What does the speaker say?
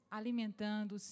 alimentando